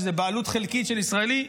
יש איזו בעלות חלקית של ישראלי,